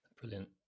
brilliant